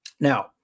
Now